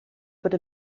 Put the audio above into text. bod